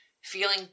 feeling